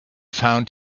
found